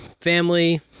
family